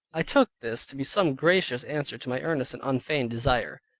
i took this to be some gracious answer to my earnest and unfeigned desire.